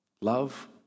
Love